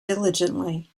diligently